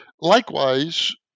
likewise